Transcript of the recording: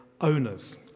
owners